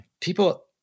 People